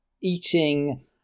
eating